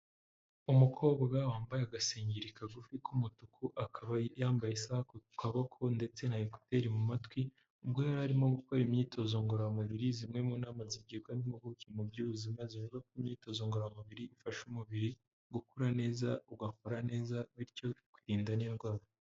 Umukobwa wambaye agaseri kagufi k'umutuku, akaba yambaye isaha ku kaboko ndetse na ekuteri mu matwi, ubwo yari arimo gukora imyitozo ngororamubiri zimwe mu nama zigibwa n'impuguke mu by'ubuzima, zivuga ko gukora imyitozo ngororamubiri bifasha umubiri gukura neza, ugakora neza bityo ukirinda n'indwara.